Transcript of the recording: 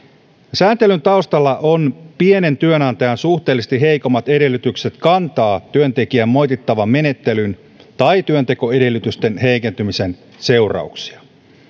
sääntelyn taustalla on pienen työnantajan suhteellisesti heikommat edellytykset kantaa työntekijän moitittavan menettelyn tai työntekoedellytysten heikentymisen seurauksia